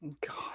God